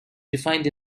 defined